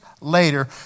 later